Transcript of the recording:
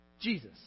Jesus